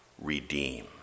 redeem